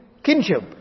kinship